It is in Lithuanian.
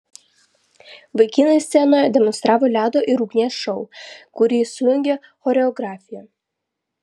vaikinai scenoje demonstravo ledo ir ugnies šou kurį sujungė choreografija